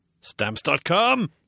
Stamps.com